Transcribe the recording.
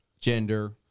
Gender